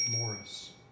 Morris